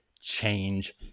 change